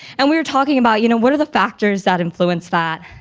and we were talking about, you know what are the factors that influence that?